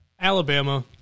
Alabama